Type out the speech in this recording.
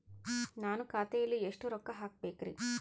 ನಾನು ಖಾತೆಯಲ್ಲಿ ಎಷ್ಟು ರೊಕ್ಕ ಹಾಕಬೇಕ್ರಿ?